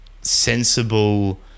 sensible